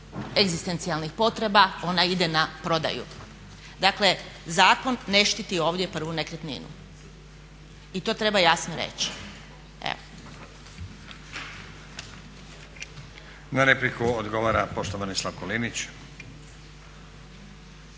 egzistencijalnih potreba ona ide na prodaju. Dakle, zakon ne štiti ovdje prvu nekretninu i to treba jasno reći. Evo. **Stazić, Nenad (SDP)** Na repliku odgovara poštovani Slavko Linić.